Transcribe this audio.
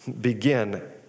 Begin